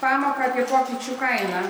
pamoką apie pokyčių kainą